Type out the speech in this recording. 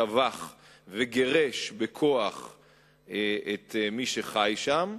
טבח וגירש בכוח את מי שחי שם,